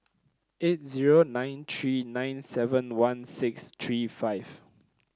eight zero nine three nine seven one six three five